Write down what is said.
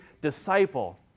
disciple